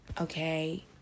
Okay